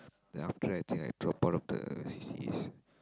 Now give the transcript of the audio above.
then after that I think I drop out of the C_C_As